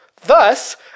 Thus